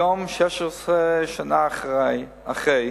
היום, 16 שנה אחרי,